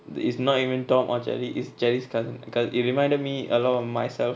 it's not even tom or jerry it's jerry's cousin because it reminded me a lot of myself